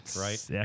right